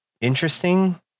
Interesting